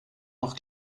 noch